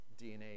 DNA